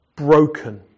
Broken